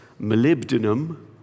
molybdenum